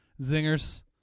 zingers